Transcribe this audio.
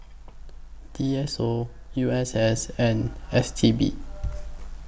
D S O U S S and S T B